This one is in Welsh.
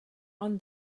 ond